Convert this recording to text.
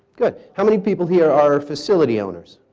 good. how many people here are facility owners?